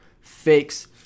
fakes